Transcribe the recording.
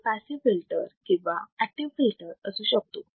तो passive filter किंवा active filter असू शकतो